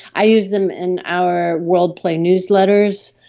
i use them in our world play newsletters.